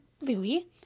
Louis